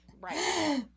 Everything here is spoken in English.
right